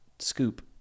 Scoop